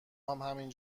همین